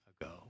ago